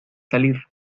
salir